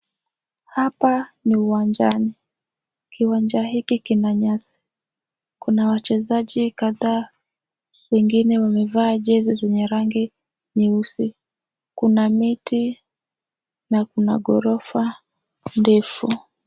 Hapa ni uwanjani. Kiwanja hiki kina nyasi. Kuna wachezaji kadhaa, wengine wamevaa jezi zenye rangi nyeusi. Kuna miti na kuna ghorofa ndefu.